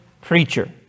preacher